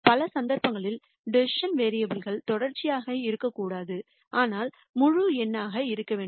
பல சந்தர்ப்பங்களில் decision variable தொடர்ச்சியாக இருக்கக்கூடாது ஆனால் முழு எண்ணாக இருக்க வேண்டும்